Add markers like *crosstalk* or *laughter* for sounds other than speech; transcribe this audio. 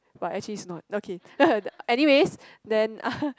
but actually it's not okay *laughs* anyways then *laughs*